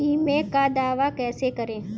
बीमे का दावा कैसे करें?